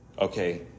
okay